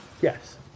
Yes